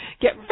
get